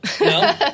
No